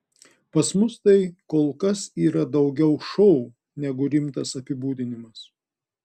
pas mus tai kol kas yra daugiau šou negu rimtas apibūdinimas